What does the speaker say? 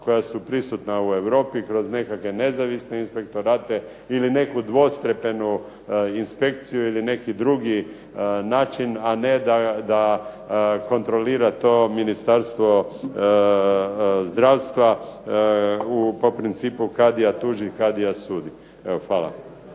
koja su prisutna u Europi kroz nekakve nezavisne inspektorate ili neku … /Govornik se ne razumije./… inspekciju ili neki drugi način, a ne da kontrolira to Ministarstvo zdravstva po principu kad ja tužim kad ja sudim. Evo, hvala.